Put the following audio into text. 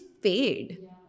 fade